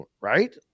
right